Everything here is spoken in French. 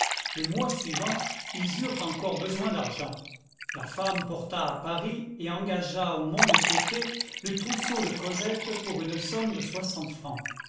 le mois suivant ils eurent encore besoin d'argent la femme porta à paris et engagea au mont-de-piété le trousseau de cosette pour une somme de soixante francs